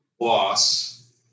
loss